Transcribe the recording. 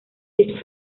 east